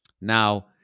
Now